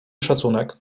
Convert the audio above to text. szacunek